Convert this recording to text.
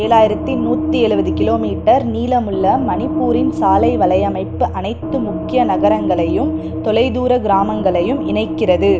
ஏழாயிரத்தி நூற்றி எழுபது கிலோமீட்டர் நீளமுள்ள மணிப்பூரின் சாலை வலையமைப்பு அனைத்து முக்கிய நகரங்களையும் தொலைதூர கிராமங்களையும் இணைக்கிறது